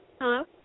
Hello